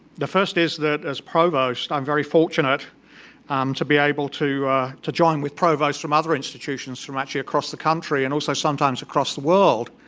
the first is that as provost, i'm very fortunate to be able to to join with provosts from other institutions, from actually across the country, and also sometimes across the world.